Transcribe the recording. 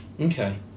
Okay